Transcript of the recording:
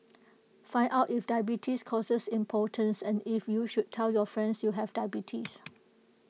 find out if diabetes causes impotence and if you should tell your friends you have diabetes